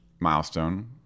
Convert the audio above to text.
milestone